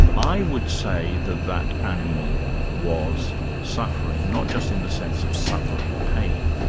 i would say that that animal was suffering, not just in the sense of suffering pain,